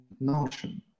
Notion